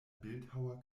bildhauer